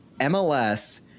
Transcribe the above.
MLS